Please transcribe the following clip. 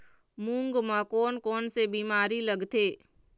मूंग म कोन कोन से बीमारी लगथे?